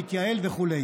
להתייעל וכו'.